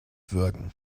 würgen